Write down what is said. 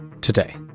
Today